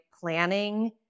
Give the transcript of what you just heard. planning